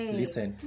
listen